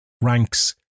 ranks